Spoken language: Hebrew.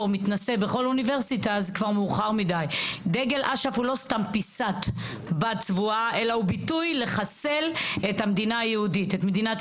אני חושבת שאסור שאף סטודנט יחווה את הדברים האלה בקמפוס.